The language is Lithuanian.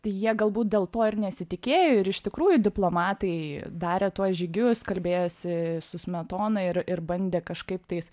tai jie galbūt dėl to ir nesitikėjo ir iš tikrųjų diplomatai darė tuos žygius kalbėjosi su smetona ir ir bandė kažkaip tais